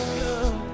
good